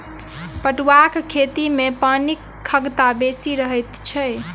पटुआक खेती मे पानिक खगता बेसी रहैत छै